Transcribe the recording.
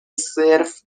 صرف